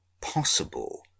possible